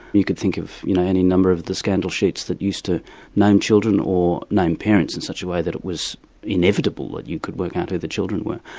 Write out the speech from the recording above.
you could think of you know any number of the scandal sheets that used to name children or name parents in such a way that it was inevitable that you could work out who the children were.